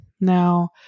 Now